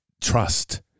trust